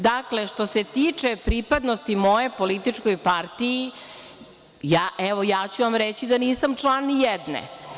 Dakle, što se tiče pripadnosti moje političkoj partiji, evo, ja ću vam reći da nisam član nijedne.